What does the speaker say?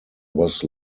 was